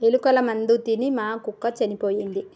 ఎలుకల మందు తిని మా కుక్క చనిపోయింది